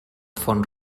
font